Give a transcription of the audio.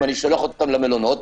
אם אני שולח אותם למלונות,